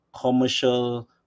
commercial